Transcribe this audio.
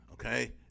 Okay